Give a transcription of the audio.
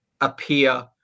appear